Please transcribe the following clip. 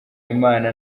imana